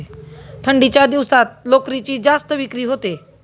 थंडीच्या दिवसात लोकरीची जास्त विक्री होते